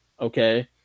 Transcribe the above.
okay